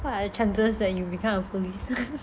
what are the chances that you become a police